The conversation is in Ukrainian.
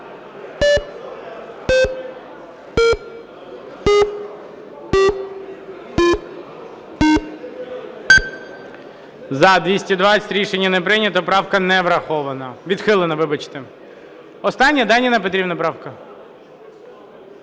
За-220 Рішення не прийнято, правка не врахована. Відхилена, вибачте. Остання, Ніна Петрівна, правка?